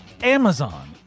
Amazon